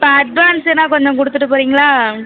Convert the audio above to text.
இப்போ அட்வான்ஸுன்னா கொஞ்சம் கொடுத்துட்டுப் போகிறீங்களா